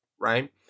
right